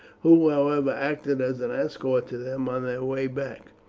who, however, acted as an escort to them on their way back.